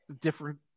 different